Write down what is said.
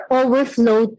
overflow